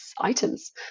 items